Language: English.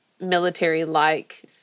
military-like